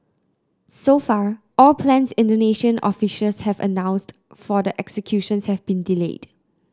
so far all plans Indonesian officials have announced for the executions have been delayed